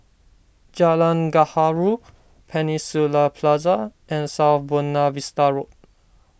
Jalan Gaharu Peninsula Plaza and South Buona Vista Road